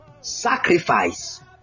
Sacrifice